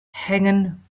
hängen